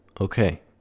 Okay